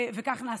כך נעשה.